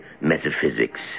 metaphysics